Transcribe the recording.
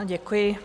Děkuji.